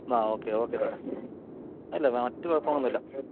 ആ okay okay സാറേ ഇല്ല മറ്റ് കുഴപ്പങ്ങൾ ഒന്നും ഇല്ല